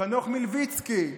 חנוך מלביצקי,